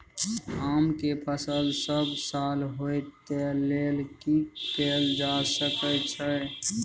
आम के फसल सब साल होय तै लेल की कैल जा सकै छै?